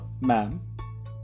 Ma'am